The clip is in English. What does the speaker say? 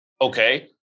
Okay